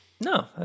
No